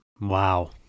Wow